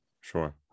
sure